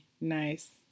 nice